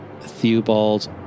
theobald